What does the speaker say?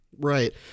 Right